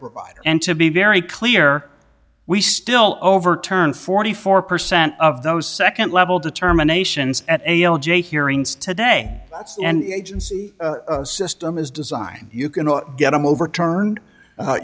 providers and to be very clear we still overturned forty four percent of those nd level determinations at a l j hearings today and agency system is designed you can get them overturned